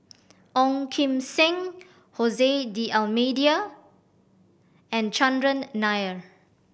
Ong Kim Seng Jose D'Almeida and Chandran Nair